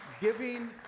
giving